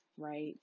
Right